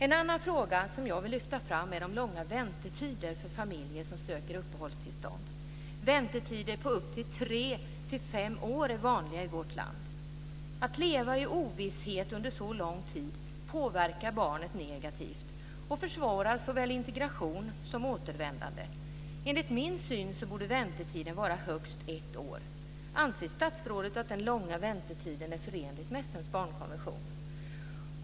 En annan fråga som jag vill lyfta fram är de långa väntetiderna för familjer som söker uppehållstillstånd. Väntetider på upp till 3-5 år är vanliga i vårt land. Att leva i ovisshet under så lång tid påverkar barnet negativt och försvårar såväl integration som återvändande. Enligt min syn borde väntetiden vara högst ett år. Anser statsrådet att den långa väntetiden är förenlig med FN:s barnkonvention?